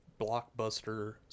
blockbuster